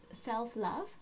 self-love